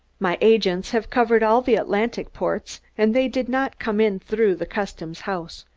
my agents have covered all the atlantic ports and they did not come in through the custom house,